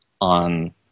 on